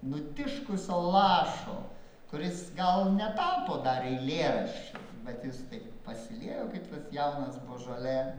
nutiškusio lašo kuris gal netapo dar eilėraščiu bet jis taip pasiliejo kaip tas jaunas božolė